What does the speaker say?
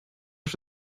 粮食